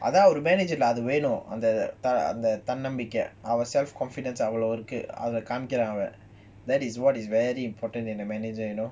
அதான்ஒரு:adhan oru manager lah அதுவேணும்அந்ததன்னம்பிக்கை:adhu venum andha thannambikka our self confidence அவ்ளோஇருக்குஅதகாமிக்குறான்அவன்:avlo iruku adha kaamikuran avan that is what is very important in the manager you know